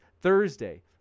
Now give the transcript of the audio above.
Thursday